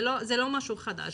זה לא משהו חדש,